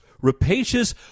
rapacious